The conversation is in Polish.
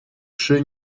przy